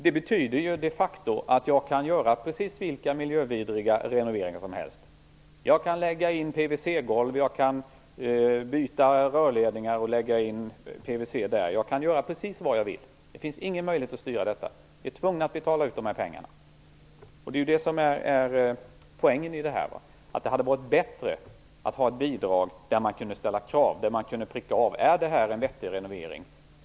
Det betyder de facto att jag kan göra precis vilka miljövidriga renoveringar som helst. Jag kan lägga in PVC-golv. Jag kan byta rörledningar och lägga in PVC där. Jag kan göra precis vad jag vill. Det finns ingen möjlighet att styra detta. Vi är tvungna att betala ut pengarna. Det är det som är poängen. Det hade varit bättre att ha ett bidrag där man kunde ställa krav. Är det en vettig renovering?